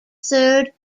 third